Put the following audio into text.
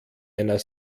einer